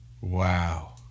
Wow